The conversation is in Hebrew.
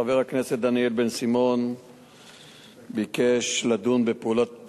חבר הכנסת דניאל בן-סימון ביקש לדון בפעולת